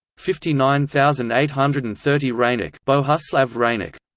fifty nine thousand eight hundred and thirty reynek but ah sort of reynek